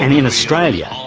and in australia,